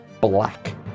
black